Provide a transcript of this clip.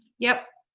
yep.